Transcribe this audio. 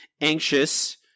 anxious